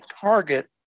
target